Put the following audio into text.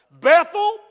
Bethel